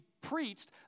preached